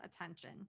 attention